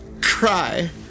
cry